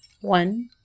One